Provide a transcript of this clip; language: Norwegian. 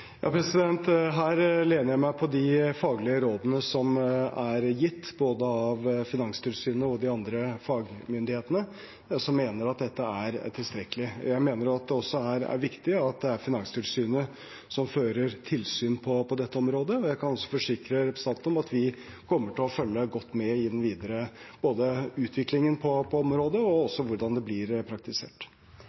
Her støtter jeg meg til de faglige rådene som er gitt både av Finanstilsynet og de andre fagmyndighetene, som mener at dette er tilstrekkelig. Jeg mener også det er viktig at det er Finanstilsynet som fører tilsyn på dette området. Jeg kan også forsikre representanten Kaski om at vi kommer til å følge godt med videre, både i utviklingen på området og hvordan det blir praktisert.